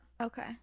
Okay